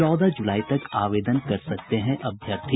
चौदह जुलाई तक आवेदन कर सकते हैं अभ्यर्थी